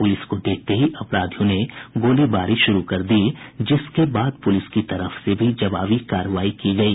police को देखते ही अपराधियों ने गोलीबारी शुरू कर दी जिसके बाद पुलिस की तरफ से भी जवाबी कार्रवाई की गयी